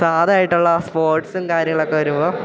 സാധാ ആയിട്ടുള്ള സ്പോർട്സും കാര്യങ്ങളൊക്കെ വരുമ്പോൾ